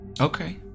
Okay